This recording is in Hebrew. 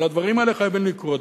אבל הדברים האלה חייבים לקרות,